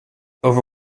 over